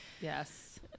yes